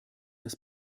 des